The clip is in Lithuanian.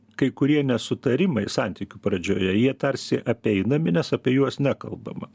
kai kurie nesutarimai santykių pradžioje jie tarsi apeinami nes apie juos nekalbama